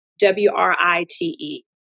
W-R-I-T-E